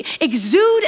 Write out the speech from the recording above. exude